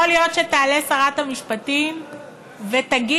יכול להיות שתעלה שרת המשפטים ותגיד: